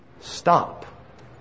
Stop